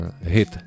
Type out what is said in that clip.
hit